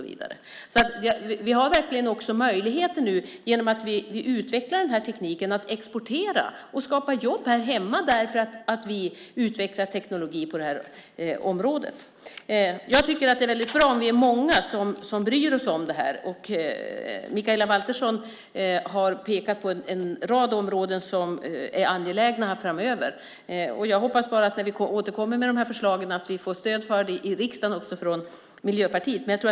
Vi har nu verkligen möjligheter att exportera och skapa jobb här hemma därför att vi utvecklar teknologi på det här området. Jag tycker att det är väldigt bra om vi är många som bryr oss om det här. Mikaela Valtersson har pekat på en rad områden som är angelägna framöver. Jag hoppas bara att vi när vi återkommer med de här förslagen får stöd för dem också från Miljöpartiet i riksdagen.